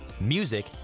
music